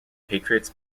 patriots